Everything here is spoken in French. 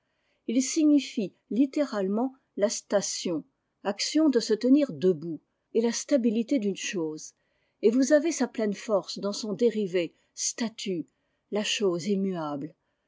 il signifie littéralement la station action de se tenir debout et la stabilité d'une chose et vous avez sa pleine force dans son dérivé statue la